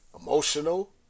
emotional